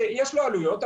שיש לו עלויות,